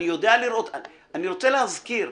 אני רוצה להזכיר,